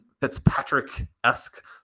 Fitzpatrick-esque